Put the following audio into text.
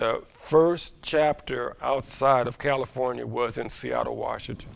the first chapter outside of california it was in seattle washington